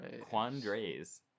quandaries